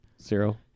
Zero